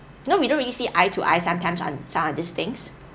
no we don't really see eye to eye sometimes on these things